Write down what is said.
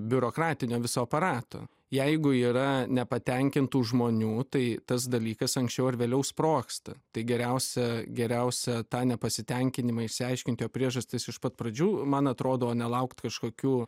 biurokratinio viso aparato jeigu yra nepatenkintų žmonių tai tas dalykas anksčiau ar vėliau sprogsta tai geriausia geriausia tą nepasitenkinimą išsiaiškint jo priežastis iš pat pradžių man atrodo nelaukt kažkokių